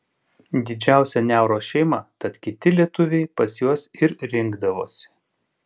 didžiausia niauros šeima tad kiti lietuviai pas juos ir rinkdavosi